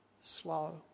slow